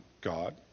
God